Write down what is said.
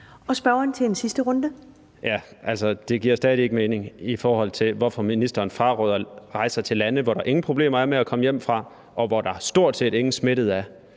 Christoffer Aagaard Melson (V): Altså, det giver stadig ikke mening, hvorfor ministeren fraråder rejser til lande, som der ingen problemer er med at komme hjem fra, og hvor der stort set ingen smittede er.